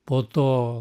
po to